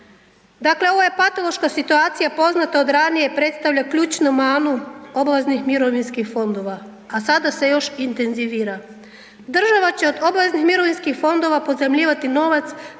Dakle, ovo je patološka situacija poznata od ranije, predstavlja ključnu manu obaveznih mirovinskih fondova, a sada se još intenzivira. Država će od obaveznih mirovinskih fondova pozajmljivati novac